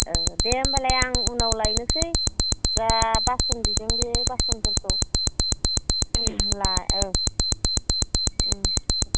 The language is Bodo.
औ दे होम्बालाय आं उनाव लायनोसै जा बासन बिदों बेफोर बासनफोरखौ औ